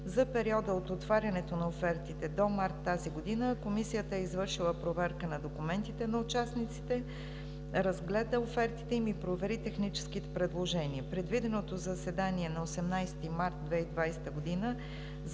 За периода от отварянето на офертите до март тази година Комисията е извършила проверка на документите на участниците, разгледа офертите им и провери техническите предложения. Предвиденото заседание на 18 март 2020 г. за